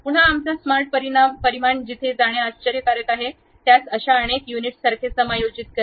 पुन्हा आमचा स्मार्ट परिमाण तिथे जाणे आश्चर्यकारक आहे त्यास अशा अनेक युनिट्स सारखे समायोजित करा